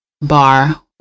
bar